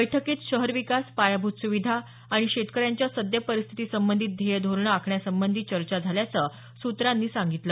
बैठकीत शहर विकास पायाभूत सुविधा आणि शेतकऱ्यांच्या सद्य परिस्थितीशीसंबंधित ध्येय धोरणं आखण्यासंबंधी चर्चा झाल्याचं सूत्रानं सांगितलं